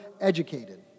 educated